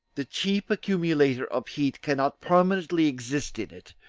the chief accumulator of heat, cannot permanently exist in it,